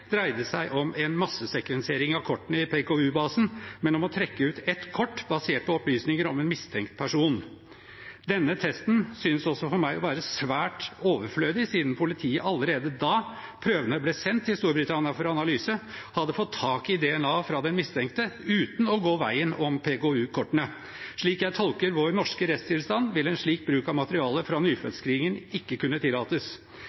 dreide seg om en massesekvensering av kortene i PKU-basen, men om å trekke ut ett kort basert på opplysninger om en mistenkt person. Denne testen synes også for meg å være svært overflødig, siden politiet allerede da prøvene ble sendt til Storbritannia for analyse, hadde fått tak i DNA fra den mistenkte – uten å gå veien om PKU-kortene. Slik jeg tolker vår norske rettstilstand, vil en slik bruk av materiale fra nyfødtscreeningen ikke kunne tillates.